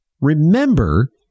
Remember